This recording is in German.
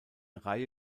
reihe